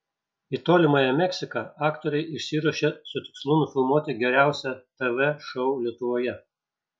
į tolimąją meksiką aktoriai išsiruošė su tikslu nufilmuoti geriausią tv šou lietuvoje